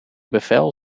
bevel